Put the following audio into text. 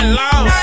long